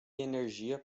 energia